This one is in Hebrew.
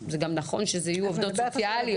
זה גם נכון שזה יהיו עובדות סוציאליות.